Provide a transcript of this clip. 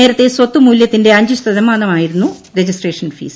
നേരത്തെ സ്വത്ത് മൂലൃത്തിന്റെ അഞ്ച് ശതമാനമായിരുന്നു രജിസ്ട്രേഷൻ ഫീസ്